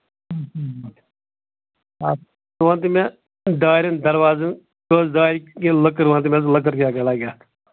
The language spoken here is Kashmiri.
آ ژٕ وَن تہٕ مےٚ یِمن دارین دروازَن کٔژ دارِ یہِ لٔکٔر وَن تہٕ مےٚ لٔکٔر کیٛاہ کیٛاہ لَگہِ یَتھ